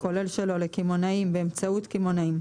הכולל שלו לקמעונאים או באמצעות קמעונאים,